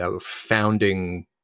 founding